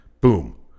boom